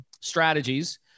strategies